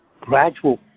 gradual